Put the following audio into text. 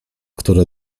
które